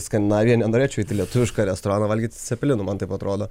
skandinaviją nenorėčiau eiti į lietuvišką restoraną valgyti cepelinų man taip atrodo